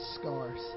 scars